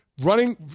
running